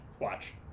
watch